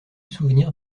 souvenirs